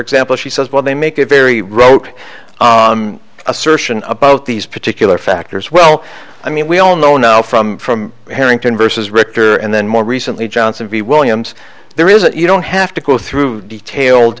example she says well they make a very rote assertion about these particular factors well i mean we all know now from from harrington versus richter and then more recently johnson v williams there is that you don't have to go through detailed